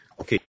Okay